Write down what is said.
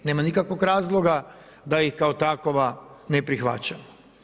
Nema nikakvog razloga da ih kao takova ne prihvaća.